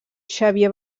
xavier